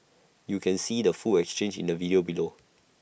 you can see the full exchange in the video below